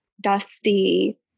dusty